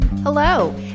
Hello